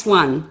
one